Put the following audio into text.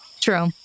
True